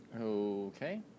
Okay